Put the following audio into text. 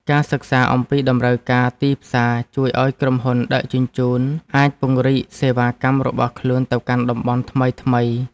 ការសិក្សាអំពីតម្រូវការទីផ្សារជួយឱ្យក្រុមហ៊ុនដឹកជញ្ជូនអាចពង្រីកសេវាកម្មរបស់ខ្លួនទៅកាន់តំបន់ថ្មីៗ។